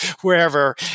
wherever